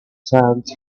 tugged